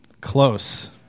Close